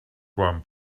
quan